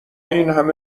اینهمه